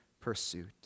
pursuit